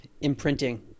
imprinting